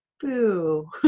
boo